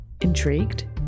Intrigued